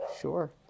Sure